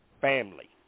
Family